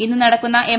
ഇന്ന് നടക്കുന്ന എം